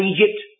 Egypt